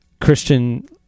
Christian